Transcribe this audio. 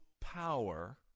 power